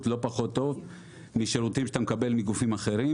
לא פחות טוב משירותים שאתה מקבל מגופים אחרים,